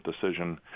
decision